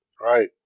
Right